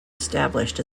established